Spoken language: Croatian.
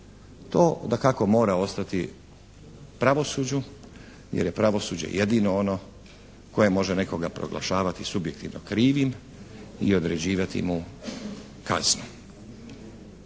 To dakako mora ostati pravosuđu jer je pravosuđe jedino ono koje može nekoga proglašavati subjektivno krivim i određivati mu kaznu.